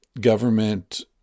government